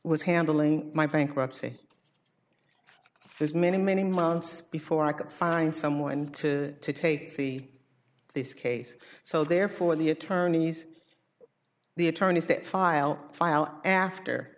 was handling my bankruptcy there's many many months before i could find someone to take the this case so therefore the attorneys the attorneys that file file after